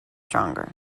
stronger